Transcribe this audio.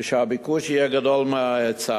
ושהביקוש יהיה גדול מההיצע.